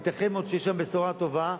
וייתכן מאוד שתהיה משם בשורה טובה,